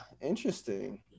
interesting